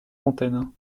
fontaine